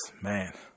man